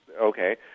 Okay